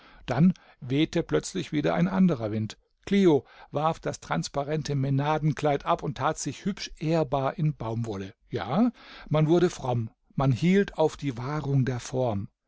dann wehte plötzlich wieder ein anderer wind clio warf das transparente mänadenkleid ab und tat sich hübsch ehrbar in baumwolle ja man wurde fromm man hielt auf wahrung der form